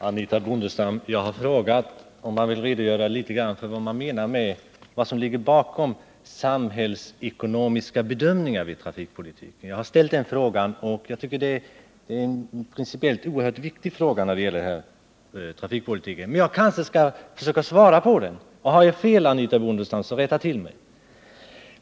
Herr talman! Jag har frågat om Anitha Bondestam vill redogöra litet för vad som ligger bakom uttrycket ”samhällsekonomiska bedömningar” i trafikpo litiken. Jag har ställt den frågan, och jag tycker att den är principiellt oerhört viktig när det gäller trafikpolitiken. Men jag kanske skall försöka svara på den själv, och har jag fel, Anitha Bondestam, så rätta mig.